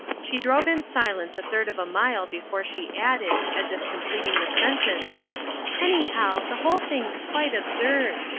she drove in silence a third of a mile before she added, as if completing the sentence anyhow, the whole thing's quite absurd.